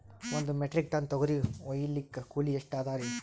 ಒಂದ್ metric ton ತೊಗರಿ ಹೋಯಿಲಿಕ್ಕ ಕೂಲಿ ಎಷ್ಟ ಅದರೀ?